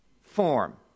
form